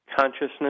Consciousness